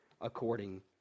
according